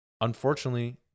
Unfortunately